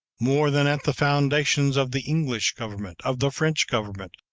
more than at the foundations of the english government, of the french government,